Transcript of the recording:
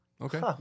Okay